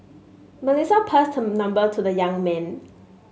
Melissa passed her number to the young man